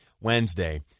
Wednesday